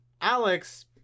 Alex